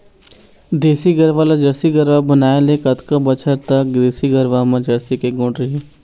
देसी गरवा ला जरसी गरवा बनाए ले कतका बछर तक देसी गरवा मा जरसी के गुण रही?